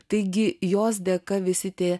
taigi jos dėka visi tie